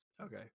Okay